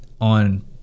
on